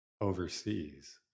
overseas